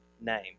name